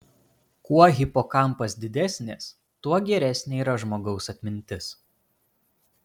kuo hipokampas didesnės tuo geresnė yra žmogaus atmintis